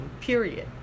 period